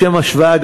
לשם השוואה,